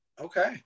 Okay